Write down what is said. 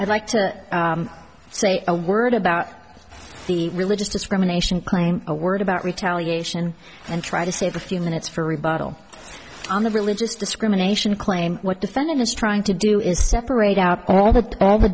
i'd like to say a word about the religious discrimination claim a word about retaliation and try to save a few minutes for rebuttal on the religious discrimination claim what defendant is trying to do is separate out all that all the